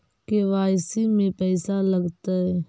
KYC में पैसा लगतै?